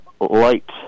light